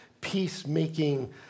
peacemaking